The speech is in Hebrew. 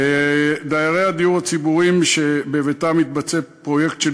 דיירי הדיור הציבורי שבביתם מתבצע פרויקט של